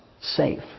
safe